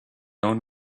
own